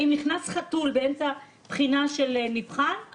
אם נכנס חתול באמצע בחינה של נבחן,